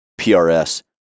prs